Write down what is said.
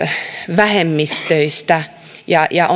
vähemmistöistä ja ja